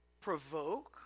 provoke